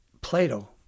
Plato